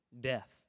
death